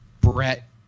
Brett